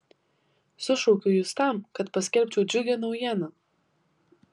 sušaukiau jus tam kad paskelbčiau džiugią naujieną